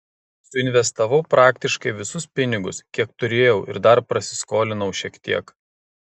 suinvestavau praktiškai visus pinigus kiek turėjau ir dar prasiskolinau šiek tiek